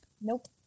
Nope